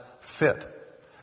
fit